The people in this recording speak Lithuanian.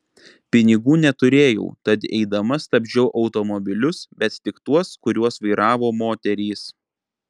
pinigų neturėjau tad eidama stabdžiau automobilius bet tik tuos kuriuos vairavo moterys